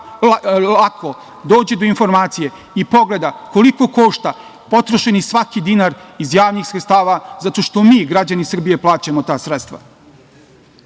lako dođe do informacije i pogleda koliko košta potrošeni svaki dinar iz javnih sredstava zato što mi, građani Srbije plaćamo ta sredstva. Sa